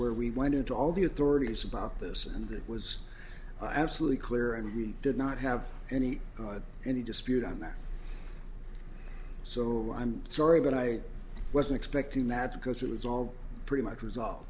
where we went into all the authorities about this and it was absolutely clear and we did not have any any dispute on that so of i'm sorry but i wasn't expecting that because it was all pretty much resolved